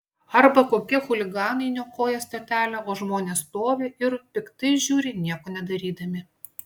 arba kokie chuliganai niokoja stotelę o žmonės stovi ir piktai žiūri nieko nedarydami